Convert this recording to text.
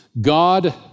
God